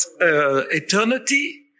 eternity